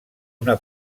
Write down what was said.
una